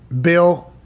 Bill